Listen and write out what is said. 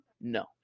no